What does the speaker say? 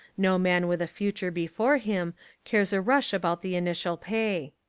no man with a future before him cares a rush about the initial pay.